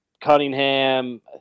Cunningham